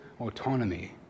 autonomy